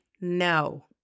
no